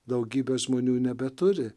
daugybė žmonių nebeturi